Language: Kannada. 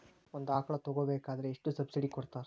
ಒಂದು ಆಕಳ ತಗೋಬೇಕಾದ್ರೆ ಎಷ್ಟು ಸಬ್ಸಿಡಿ ಕೊಡ್ತಾರ್?